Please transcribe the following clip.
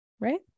Right